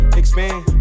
expand